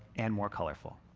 and more colorful.